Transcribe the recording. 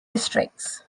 districts